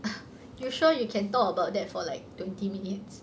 you sure you can talk about that for like twenty minutes